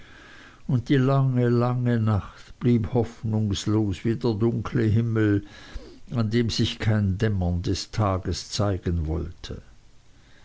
und die lange lange nacht blieb hoffnungslos wie der dunkle himmel an dem sich kein dämmern des tages zeigen wollte